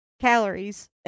calories